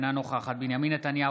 אינה נוכחת בנימין נתניהו,